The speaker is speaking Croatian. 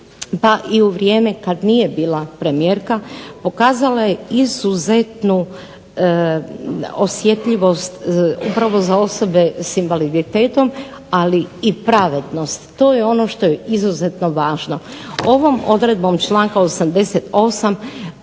pa i u vrijeme kad nije bila premijerka pokazala je izuzetnu osjetljivost upravo za osobe sa invaliditetom, ali i pravednost. To je ono što je izuzetno važno. Ovom odredbom članka 88.